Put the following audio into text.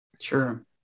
Sure